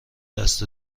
دست